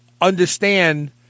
understand